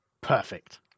Perfect